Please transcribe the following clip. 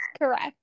Correct